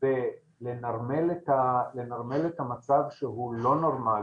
בלנרמל את המצב שהוא לא נורמלי.